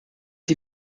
die